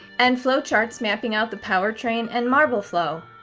and flowcharts mapping out the power train and marble flow.